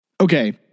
Okay